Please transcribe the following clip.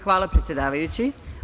Hvala, predsedavajući.